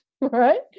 right